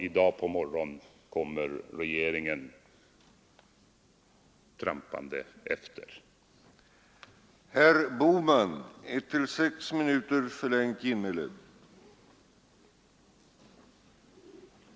I dag på morgonen kom regeringen trampande efter.